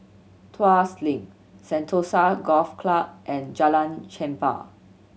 Tuas Link Sentosa Golf Club and Jalan Chempah